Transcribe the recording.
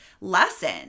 lesson